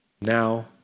now